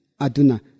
Aduna